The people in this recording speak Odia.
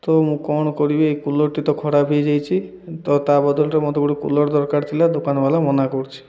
ତ ମୁଁ କ'ଣ କରିବି ଏଇ କୁଲରଟି ତ ଖରାପ ହୋଇଯାଇଛି ତ ତା' ବଦଳରେ ମୋତେ ଗୋଟେ କୁଲର ଦରକାର ଥିଲା ଦୋକାନବାଲା ମନା କରୁଛି